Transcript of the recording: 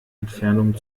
entfernung